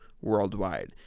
worldwide